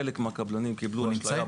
חלק מן הקבלנים קיבלו השעיה בפועל.